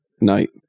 night